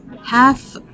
Half